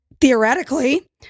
theoretically